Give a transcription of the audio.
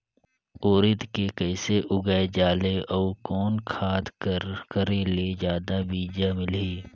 उरीद के कइसे लगाय जाले अउ कोन खाद कर करेले जादा बीजा मिलही?